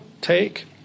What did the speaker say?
take